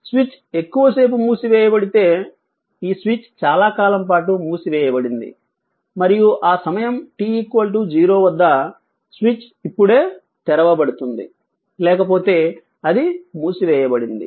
switch ఎక్కువ సేపు మూసివేయబడితే ఈ స్విచ్ చాలా కాలం పాటు మూసివేయబడింది మరియు ఆ సమయం t 0 వద్ద స్విచ్ ఇప్పుడే తెరవబడుతుంది లేకపోతే అది మూసివేయబడింది